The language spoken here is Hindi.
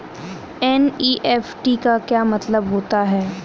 एन.ई.एफ.टी का मतलब क्या होता है?